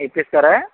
ఇప్పిస్తారా